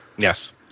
Yes